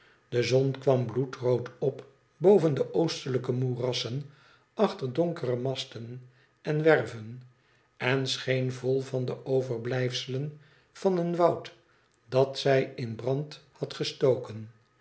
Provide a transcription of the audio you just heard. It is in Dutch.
de zon kwam bloedrood op boven de oostelijke moerassen achter donkere masten en werven en scheen vol van de overblijfselen van een woud dat zij in brand had gestoken